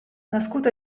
nascut